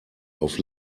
auf